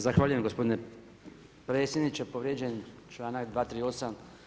Zahvaljujem gospodine predsjedniče, povrijeđen je članak 238.